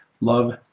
Love